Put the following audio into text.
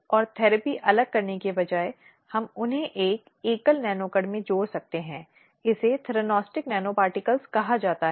पार्टियों पर सवाल उठाने के तरीके और अंत में इसे अपने दिमाग को लागू करना होगा कि क्या कोई मामला बनता है या नहीं बनता है और उसी के अनुसार सिफारिशें की जाती हैं